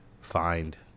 find